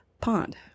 Pond